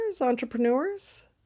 entrepreneurs